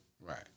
Right